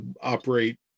operate